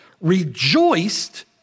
rejoiced